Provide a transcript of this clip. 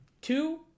two